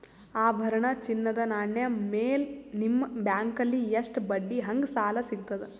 ಆಭರಣ, ಚಿನ್ನದ ನಾಣ್ಯ ಮೇಲ್ ನಿಮ್ಮ ಬ್ಯಾಂಕಲ್ಲಿ ಎಷ್ಟ ಬಡ್ಡಿ ಹಂಗ ಸಾಲ ಸಿಗತದ?